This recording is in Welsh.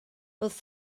wrth